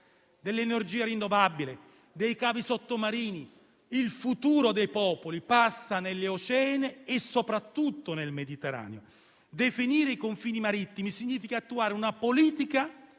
dell'energia rinnovabile, dei cavi sottomarini; il futuro dei popoli passa negli oceani e soprattutto nel Mediterraneo. Definire i confini marittimi significa attuare una politica